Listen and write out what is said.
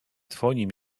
twoim